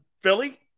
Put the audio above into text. Philly